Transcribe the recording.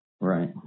Right